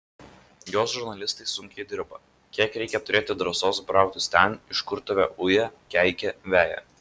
jos žurnalistai sunkiai dirba kiek reikia turėti drąsos brautis ten iš kur tave uja keikia veja